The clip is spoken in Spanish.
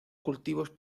cultivos